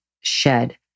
shed